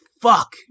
fuck